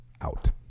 Out